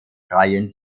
freien